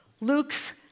Luke's